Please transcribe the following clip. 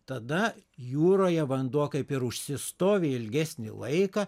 tada jūroje vanduo kaip ir užsistovi ilgesnį laiką